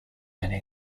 many